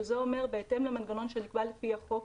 שזה אומר שבהתאם למנגנון שנקבע לפי החוק,